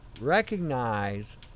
recognize